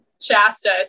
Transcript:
Shasta